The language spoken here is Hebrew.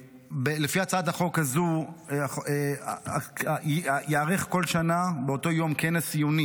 לפי הצעת החוק הזו ייערך בכל שנה באותו יום כנס עיוני